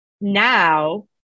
now